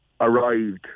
arrived